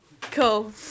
Cool